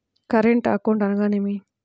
Current account అనగా ఏమిటి?